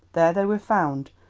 there they were found,